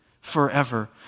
forever